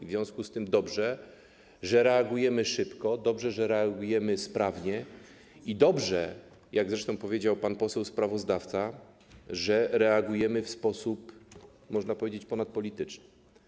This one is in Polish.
W związku z tym dobrze, że reagujemy szybko, dobrze, że reagujemy sprawnie, i dobrze - jak zresztą powiedział pan poseł sprawozdawca - że reagujemy w sposób, można powiedzieć, ponadpolityczny.